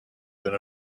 been